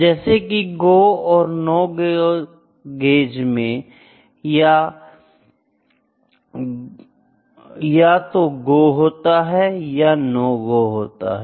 जैसे कि गो और नो गो गेज में या तो गो होता है या नो गो होता है